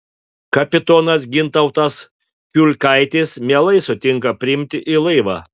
kapitonas gintautas kiulkaitis mielai sutinka priimti į laivą